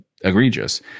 egregious